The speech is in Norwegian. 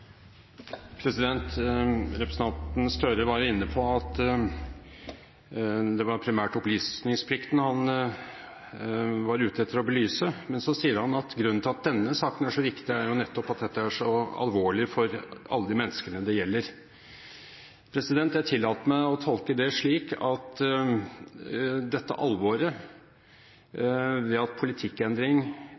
Representanten Støre var inne på at det primært var opplysningsplikten han var ute etter å belyse. Men så sier han at grunnen til at denne saken er så viktig, er nettopp at dette er så alvorlig for alle de menneskene det gjelder. Jeg tillater meg å tolke det slik at dette alvoret, det at politikkendring